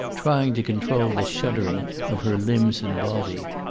trying to control the shuddering of her limbs and body.